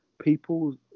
people